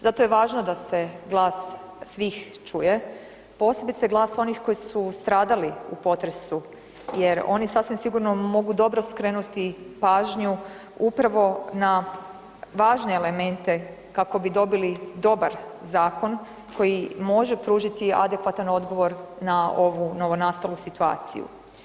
Zato je važno da se glas svih čuje, posebice glas onih koji su stradali u potresu jer oni sasvim sigurno mogu dobro skrenuti pažnju upravo na važne elemente kako bi dobili dobar zakon koji može pružiti adekvatan odgovor na ovu novonastalu situaciju.